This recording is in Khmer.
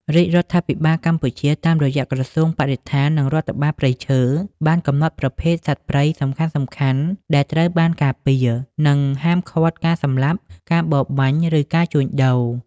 រាជរដ្ឋាភិបាលកម្ពុជា តាមរយៈក្រសួងបរិស្ថាន និងរដ្ឋបាលព្រៃឈើ បានកំណត់ប្រភេទសត្វព្រៃសំខាន់ៗដែលត្រូវបានការពារ និងហាមឃាត់ការសម្លាប់ ការបរបាញ់ ឬការជួញដូរ។